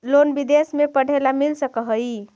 Loan विदेश में पढ़ेला मिल सक हइ?